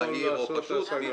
מהיר או פשוט.